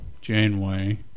Janeway